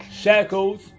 shackles